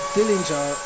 Dillinger